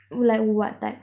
oo like what type